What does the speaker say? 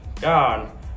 gone